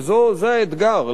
וזה האתגר,